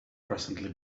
presently